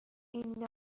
این